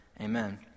Amen